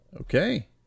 Okay